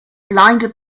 blinded